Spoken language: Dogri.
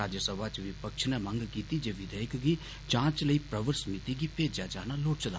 राज्यसभा च विपक्ष ने मंग कीती ही जे विघेयक गी जांच लेई प्रवर समिति गी भेजेआ जाना लोड़चदा